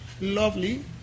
lovely